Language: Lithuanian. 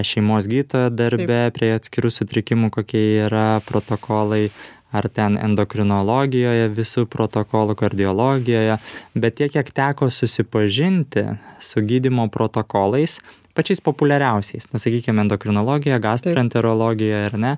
šeimos gydytojo darbe prie atskirų sutrikimų kokie yra protokolai ar ten endokrinologijoje visų protokolu kardiologijoje bet tiek kiek teko susipažinti su gydymo protokolais pačiais populiariausiais na sakykim endokrinologija gastroenterologija ar ne